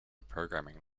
programming